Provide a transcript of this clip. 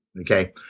Okay